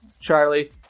Charlie